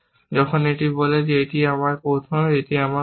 যখন এটি বলে যে এটি আমার প্রথম এটি আমার কর্ম